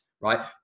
right